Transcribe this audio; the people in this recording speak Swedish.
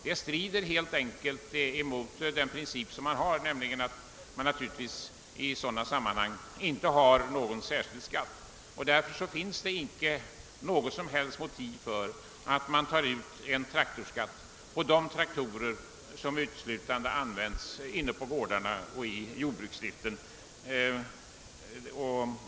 Det strider helt enkelt mot principen att någon särskild skatt inte skall uttas i sådana sammanhang. Därför finns icke något som helst motiv för en skatt på de traktorer som uteslutande används inne på gårdarna och i jordbruksdriften.